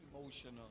emotional